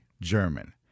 German